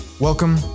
Welcome